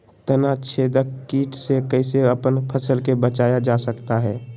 तनाछेदक किट से कैसे अपन फसल के बचाया जा सकता हैं?